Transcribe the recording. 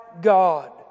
God